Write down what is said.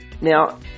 Now